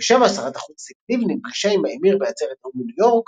שרת החוץ ציפי לבני נפגשה עם האמיר בעצרת האו"ם בניו יורק,